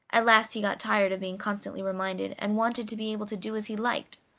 at last he got tired of being constantly reminded, and wanted to be able to do as he liked,